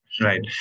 Right